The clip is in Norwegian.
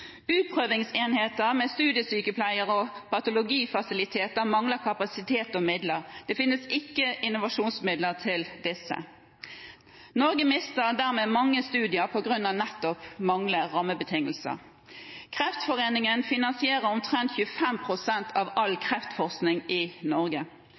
Utprøvingsenheter med studiesykepleiere og patologifasiliteter mangler kapasitet og midler. Det finnes ikke innovasjonsmidler til disse. Norge mister dermed mange studier på grunn av nettopp manglende rammebetingelser. Kreftforeningen finansierer omtrent 25 pst. av all kreftforskning i Norge.